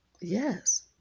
Yes